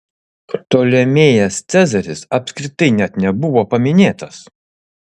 ptolemėjas cezaris apskritai net nebuvo paminėtas